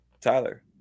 Tyler